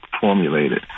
formulated